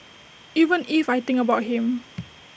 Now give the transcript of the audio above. even if I think about him